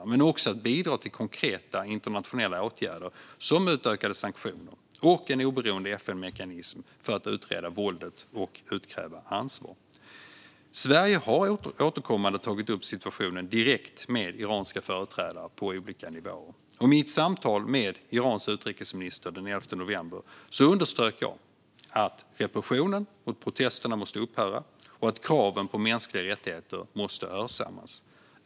Det innefattar också att bidra till konkreta internationella åtgärder som utökade sanktioner och en oberoende FN-mekanism för att utreda våldet och utkräva ansvar. Sverige har återkommande tagit upp situationen direkt med iranska företrädare på olika nivåer. I mitt samtal med Irans utrikesminister den 11 november underströk jag att repressionen mot protesterna måste upphöra och att kraven på mänskliga rättigheter måste hörsammas.